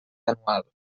anual